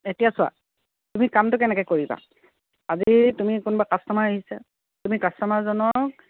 এতিয়া চোৱা তুমি কামটো কেনেকৈ কৰিবা আজি তুমি কোনোবা কাষ্টমাৰ আহিছে তুমি কাষ্টমাৰজনক